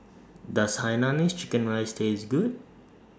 Does Hainanese Chicken Rice Taste Good